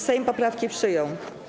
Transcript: Sejm poprawki przyjął.